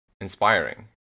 inspiring